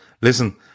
listen